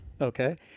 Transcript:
Okay